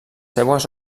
seues